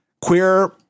queer